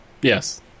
Yes